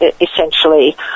essentially